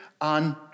on